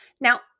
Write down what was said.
Now